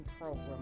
program